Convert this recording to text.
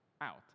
out